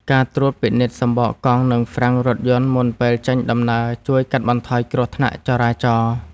ការត្រួតពិនិត្យសំបកកង់ និងហ្វ្រាំងរថយន្តមុនពេលចេញដំណើរជួយកាត់បន្ថយគ្រោះថ្នាក់ចរាចរណ៍។